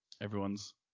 everyone's